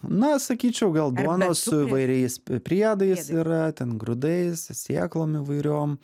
na sakyčiau gal duonos su įvairiais priedais yra ten grūdais sėklom įvairiom